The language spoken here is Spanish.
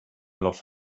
los